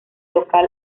local